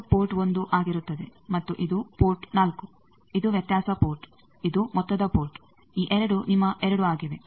ಇದು ಪೋರ್ಟ್ 1 ಆಗಿರುತ್ತದೆ ಮತ್ತು ಇದು ಪೋರ್ಟ್ 4 ಇದು ವ್ಯತ್ಯಾಸ ಪೋರ್ಟ್ ಇದು ಮೊತ್ತದ ಪೋರ್ಟ್ ಈ ಎರಡು ನಿಮ್ಮ 2 ಆಗಿವೆ